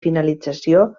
finalització